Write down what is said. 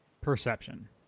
Perception